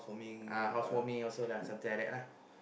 uh house warming also lah something like that lah